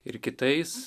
ir kitais